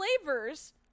flavors